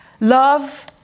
Love